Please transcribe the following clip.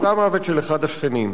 סתם מוות של אחד השכנים.